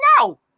No